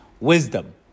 wisdom